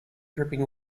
dripping